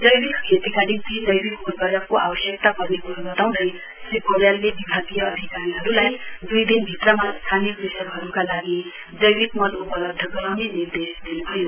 जैविक खेतीका निम्ति जैविक उर्वरकको आवश्यकता पर्ने क्रो बताउँदै श्री पौड्यालले विभागीय अधिकारीहरूलाई द्ई दिनभित्रमा स्थानीय कृषकहरूका लागि जैविक मल उपलब्ध गराउने निर्देश दिन्भयो